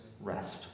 rest